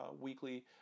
weekly